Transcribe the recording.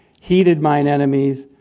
heated mine enemies.